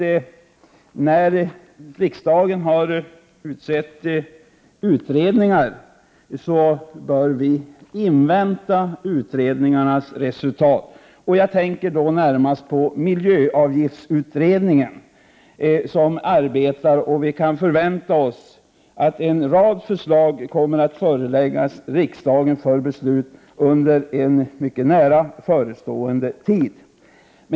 Vi har i riksdagen som praxis att vi, när utredningar har tillsatts, bör invänta resultatet av utredningsarbetet innan vi fattar beslut. Jag tänker då närmast på den miljöavgiftsutredning som arbetar. Vi kan förvänta oss att en rad förslag kommer att föreläggas riksdagen för beslut under en mycket nära framtid.